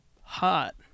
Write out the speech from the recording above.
hot